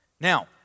Now